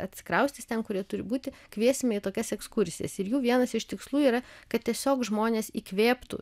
atsikraustys ten kur jie turi būti kviesime į tokias ekskursijas ir jų vienas iš tikslų yra kad tiesiog žmonės įkvėptų